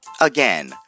again